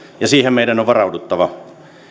ja siihen meidän on varauduttava